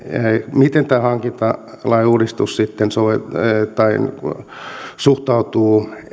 miten tämä hankintalain uudistus sitten suhtautuu